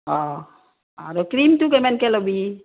অঁ আৰু ক্ৰীমটো কেমানকে ল'বি